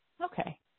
Okay